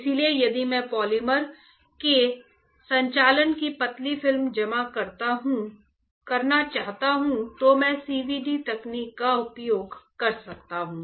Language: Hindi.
इसलिए यदि मैं पॉलीमर के संचालन की पतली फिल्म जमा करना चाहता हूं तो मैं CVD तकनीक का उपयोग कर सकता हूं